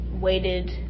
waited